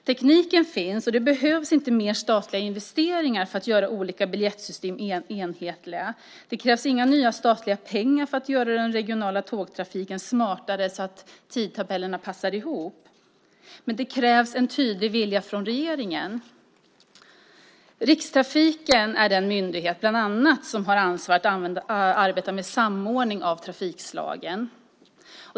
Tekniken finns, och det behövs inte mer av statliga investeringar för att göra olika biljettsystem enhetliga, och det krävs inga nya statliga pengar för att göra den regionala tågtrafiken smartare så att tidtabellerna passar ihop. Men det krävs en tydlig vilja från regeringen. Rikstrafiken är den myndighet som bland annat har att arbeta med samordning av trafikslagen.